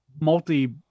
multi